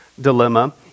dilemma